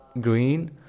Green